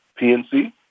PNC